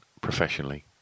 professionally